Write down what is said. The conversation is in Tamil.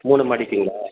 மூணு மாடிக்கிங்களா